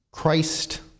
Christ